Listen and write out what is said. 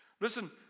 Listen